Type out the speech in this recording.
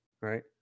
Right